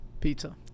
Pizza